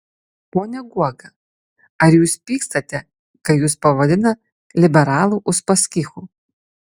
pone guoga ar jūs pykstate kai jus pavadina liberalų uspaskichu